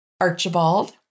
Archibald